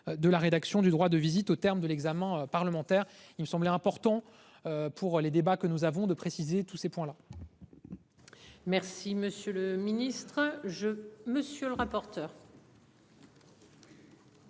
De la rédaction du droit de visite au terme de l'examen parlementaire. Il me semblait important. Pour les débats que nous avons de préciser tous ces points là. Merci monsieur le ministre je monsieur le rapporteur.